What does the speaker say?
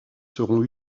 seront